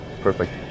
perfect